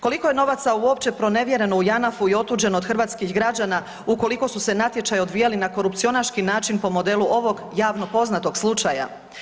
Koliko je novaca uopće pronevjereno u JANAF-u i otuđeno od hrvatskih građana ukoliko su se natječaji odvijali na korupcionaški način po modelu ovog, javno poznatog slučaja?